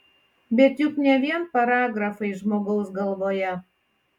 bet juk ne vien paragrafai žmogaus galvoje